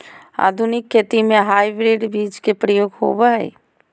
आधुनिक खेती में हाइब्रिड बीज के प्रयोग होबो हइ